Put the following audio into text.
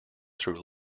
through